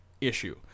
issue